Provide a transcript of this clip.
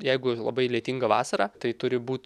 jeigu labai lietinga vasara tai turi būt